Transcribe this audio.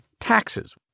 taxes